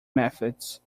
methods